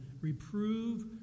reprove